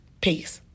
Peace